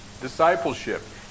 Discipleship